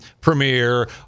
premiere